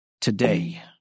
Today